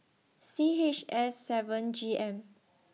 C H S seven G M